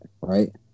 right